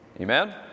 amen